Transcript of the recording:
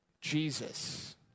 Jesus